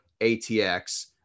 ATX